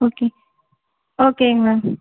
okay ஓகேங்க ma'am